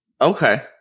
Okay